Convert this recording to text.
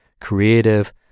creative